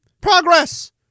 Progress